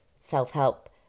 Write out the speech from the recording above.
self-help